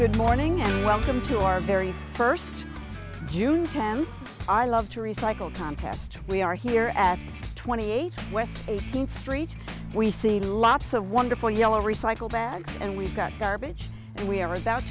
good morning and welcome to our very first june tenth i love to recycle contest we are here at twenty eight west eighteenth street we've seen lots of wonderful yellow recycle bags and we've got garbage and we are about